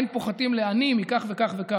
כתוב: "אין פוחתין לעני" מכך וכך,